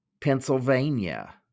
Pennsylvania